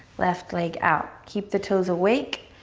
left leg out. keep the toes awake.